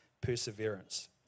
perseverance